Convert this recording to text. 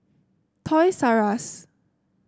Toys R Us